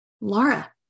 Laura